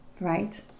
right